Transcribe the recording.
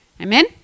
Amen